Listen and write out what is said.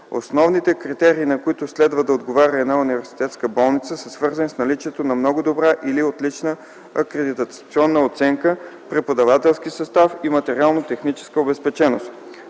Основните критерии, на които следва да отговаря една университетска болница, са свързани с наличието на много добра или отлична акредитационна оценка, преподавателски състав и материално-техническа обезпеченост.